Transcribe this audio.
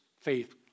faith